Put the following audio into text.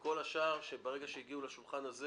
וכל השאר דעתם